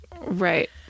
Right